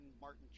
Martin